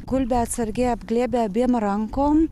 gulbę atsargiai apglėbia abiem rankom